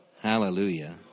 hallelujah